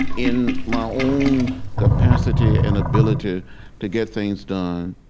in my own capacity and ability to get things done,